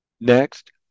Next